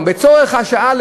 לצורך השעה,